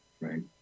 Right